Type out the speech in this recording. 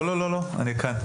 לא לא לא, אני כאן.